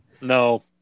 No